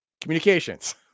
communications